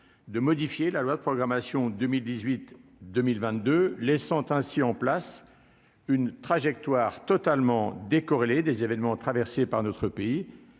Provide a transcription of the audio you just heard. de modifier la loi de programmation 2018, 2022, laissant ainsi en place une trajectoire totalement décorrélées des événements traversé par notre pays